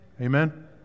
Amen